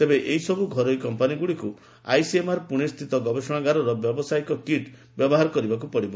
ତେବେ ଏହିସବୁ ଘରୋଇ କେନ୍ଦ୍ରଗୁଡ଼ିକୁ ଆଇସିଏମ୍ଆର୍ର ପୁଣେ ସ୍ଥିତ ଗବେଷଣାଗାରର ବ୍ୟାବସାୟିକ କିଟ୍ ବ୍ୟବହାର କରିବାକୁ ପଡ଼ିବ